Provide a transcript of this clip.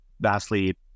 vastly